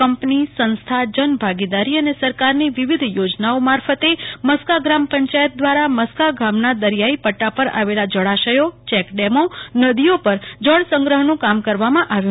company સંસ્થા જનભાગીદારી અને સરકારની વિવિધ યોજનાઓ મારફતે મસ્કા ગ્રામ પંચાયત દ્વારા મસ્કા ગામના દરિયાઈ પદ્દા પર આવેલા જળાશયો ચેકડેમો નદીઓ પર જળસંગ્રહનું કામ કરવામાં આવ્યું